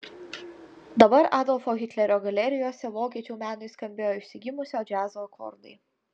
dabar adolfo hitlerio galerijose vokiečių menui skambėjo išsigimusio džiazo akordai